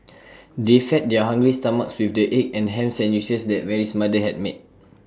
they fed their hungry stomachs with the egg and Ham Sandwiches that Mary's mother had made